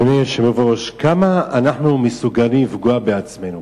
אדוני היושב-ראש, כמה אנחנו מסוגלים לפגוע בעצמנו?